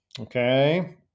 Okay